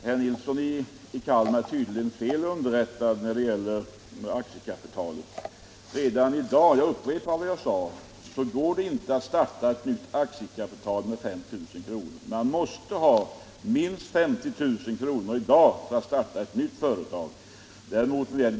Herr talman! Herr Nilsson i Kalmar är tydligen fel underrättad när det gäller aktiekapitalet. Redan i dag, och jag upprepar vad jag sagt, går det inte att starta ett nytt aktiebolag med 5 000 kr. i aktiekapital. Man måste i dag satsa minst 50 000 kr. om man vill starta ett nytt företag.